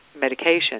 medication